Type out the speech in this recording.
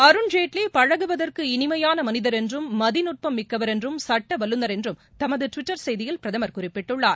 அருண்ஜேட்லி பழகுவதற்கு இனிமையான மனிதர் என்றும் மதிநுட்பம் மிக்கவர் என்றும் சுட்ட வல்லுநர் என்றும் தமது டுவிட்டர் செய்தியில் பிரதமர் குறிப்பிட்டுள்ளார்